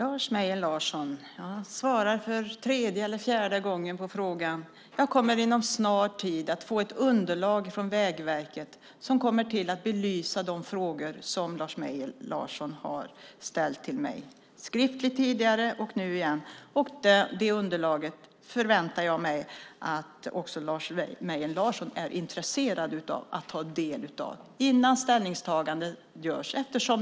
Fru talman! Jag svarar för tredje eller fjärde gången på frågan: Jag kommer inom en snar framtid att få ett underlag från Vägverket som belyser de frågor som Lars Mejern Larsson har ställt till mig skriftligt tidigare och nu igen. Det underlaget förväntar jag mig att också Lars Mejern Larsson är intresserad av att ta del av innan ställningstagande görs.